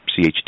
CHD